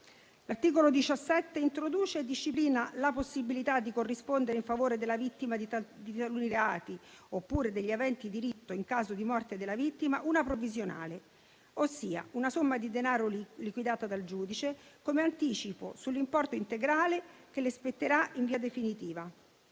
L'articolo 17 introduce e disciplina la possibilità di corrispondere in favore della vittima di taluni reati, oppure degli aventi diritto in caso di morte della vittima, una provvisionale, ossia una somma di denaro liquidata dal giudice come anticipo sull'importo integrale che le spetterà in via definitiva.